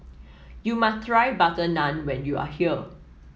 you must try butter naan when you are here